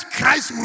Christ